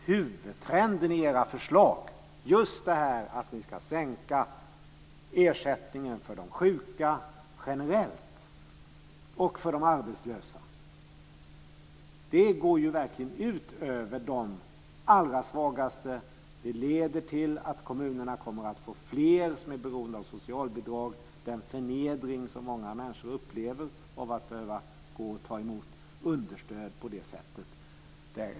Huvudtrenden i era förslag, att ni ska sänka ersättningen för de sjuka generellt och för de arbetslösa, går verkligen ut över de allra svagaste. Det leder till att kommunerna kommer att få fler som är beroende av socialbidrag. Det är en förnedring som många människor upplever av att behöva ta emot understöd på det sättet.